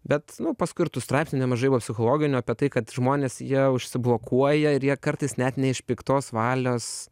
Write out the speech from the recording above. bet paskui ir tų straipsnių nemažai buvo psichologinių apie tai kad žmonės jie užsiblokuoja ir jie kartais net ne iš piktos valios